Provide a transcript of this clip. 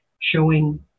showing